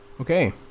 Okay